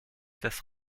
des